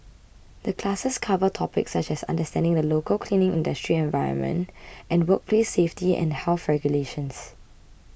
the classes cover topics such as understanding the local cleaning industry environment and workplace safety and health regulations